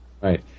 Right